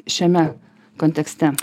šiame kontekste